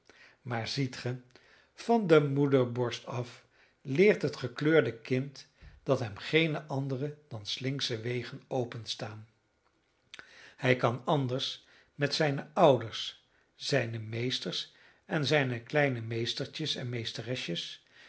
maar ziet ge van de moederborst af leert het gekleurde kind dat hem geene andere dan slinksche wegen openstaan hij kan anders met zijne ouders zijne meesters en zijne kleine meestertjes en